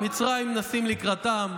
מצרים נסים לקראתם,